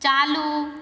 चालू